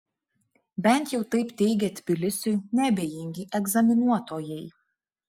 bent jau taip teigia tbilisiui neabejingi egzaminuotojai